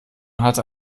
hatte